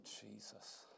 Jesus